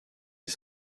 les